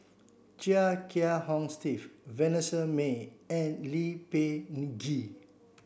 Chia Kiah Hong Steve Vanessa Mae and Lee Peh Gee